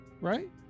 right